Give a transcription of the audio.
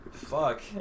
Fuck